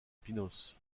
pinos